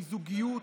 מזוגיות,